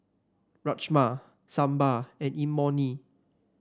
Rajma Sambar and Imoni